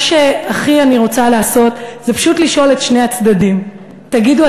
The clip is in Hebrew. מה שהכי אני רוצה לעשות זה פשוט לשאול את שני הצדדים: תגידו,